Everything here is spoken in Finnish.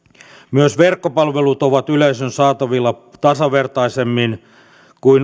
myös verkkopalvelut ovat yleisön saatavilla tasavertaisemmin kuin